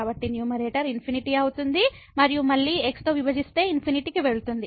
కాబట్టి న్యూమరేటర్ ∞ అవుతుంది మరియు మళ్ళీ x తో విభజిస్తే ∞ కి వెళుతుంది